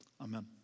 Amen